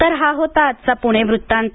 तर हा होता आजचा पुणे वृत्तांत